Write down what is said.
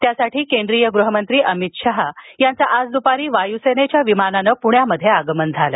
त्यासाठी केंद्रीय गृहमंत्री अमित शाह यांचं आज दुपारी वायुसेनेच्या विमानाने पुण्यात आगमन झालं